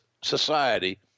society